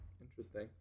Interesting